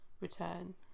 return